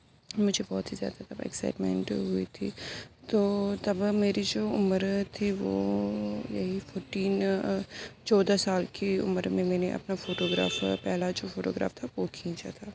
مجھے بہت ہی زیادہ تب اکسائٹمنٹ ہوئی تھی تو تب میری جو عمر تھی وہ یہی ففٹین چودہ سال کی عمر میں میں نے اپنا فوٹوگراف پہلا جو فوٹوگراف تھا وہ کھینچا تھا